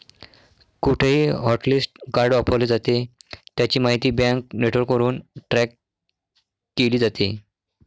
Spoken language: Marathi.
कुठेही हॉटलिस्ट कार्ड वापरले जाते, त्याची माहिती बँक नेटवर्कवरून ट्रॅक केली जाते